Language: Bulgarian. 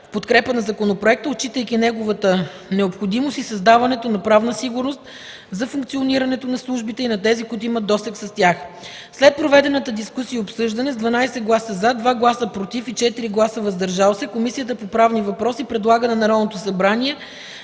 подкрепа на законопроекта, отчитайки неговата необходимост и създаването на правна сигурност за функционирането на службите и на тези, които имат досег с тях. След проведената дискусия и обсъждане, с 12 гласа „за”, 2 гласа „против” и 4 гласа „въздържали се”, Комисията по правни въпроси предлага на Народното събрание